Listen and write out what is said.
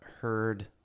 heard